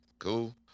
cool